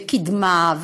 וקדמה,